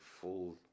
full